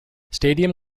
stadium